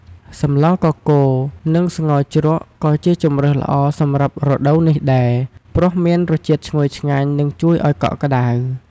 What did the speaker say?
សម្លកកូរ និងស្ងោរជ្រក់ ក៏ជាជម្រើសល្អសម្រាប់រដូវនេះដែរ ព្រោះមានរសជាតិឈ្ងុយឆ្ងាញ់ និងជួយឱ្យកក់ក្ដៅ។